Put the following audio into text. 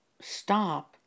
stop